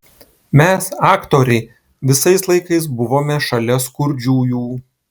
mes aktoriai visais laikais buvome šalia skurdžiųjų